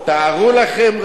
תארו לכם,